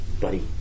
Buddy